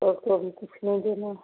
और तो अभी कुछ नहीं देना है